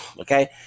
okay